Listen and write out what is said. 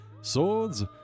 swords